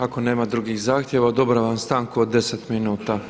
Ako nema drugih zahtjeva odobravam stanku od 10 minuta.